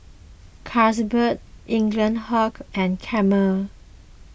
Carlsberg Eaglehawk and Camel